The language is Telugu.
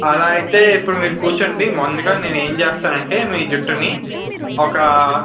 అలా అయితే ఇప్పుడు మీరు కూర్చోండి ముందుగా నేనేం చేస్తాను అంటే మీ జుట్టుని ఒకా